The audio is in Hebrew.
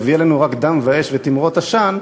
הביא עלינו רק דם ואש ותימרות עשן,